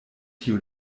tiu